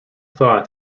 thought